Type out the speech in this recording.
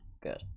good